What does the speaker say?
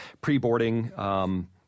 pre-boarding